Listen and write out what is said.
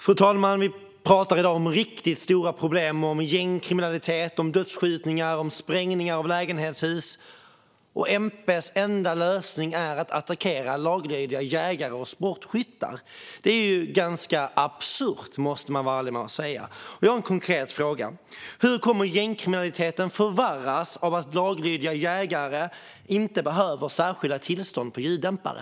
Fru talman! Vi talar i dag om riktigt stora problem, om gängkriminalitet, dödsskjutningar och sprängningar av lägenhetshus. MP:s enda lösning är att attackera laglydiga jägare och sportskyttar. Det är ganska absurt, måste man säga. Jag har en konkret fråga. Hur kommer gängkriminaliteten att förvärras av att laglydiga jägare inte behöver särskilda tillstånd för ljuddämpare?